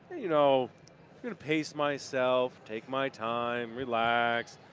you know, going to pace myself, take my time, relax,